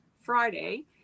Friday